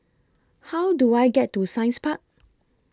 How Do I get to Science Park